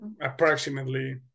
Approximately